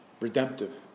Redemptive